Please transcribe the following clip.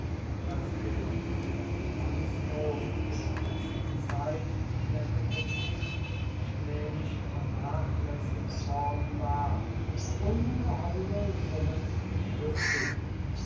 das während der finanznot der letzten zeit der republik schmählich vernachlässigt worden war ungeheure summen flüssig